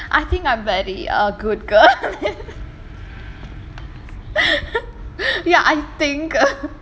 ya that's why I think I'm very err good girl ya I think நான் ஒரு நல்ல பொண்ணு:naan oru nalla ponnu